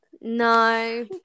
No